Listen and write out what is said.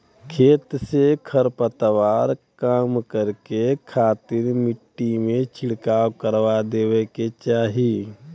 खेत से खरपतवार कम करे खातिर मट्टी में छिड़काव करवा देवे के चाही